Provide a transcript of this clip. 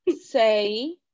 say